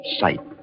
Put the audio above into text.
sight